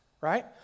Right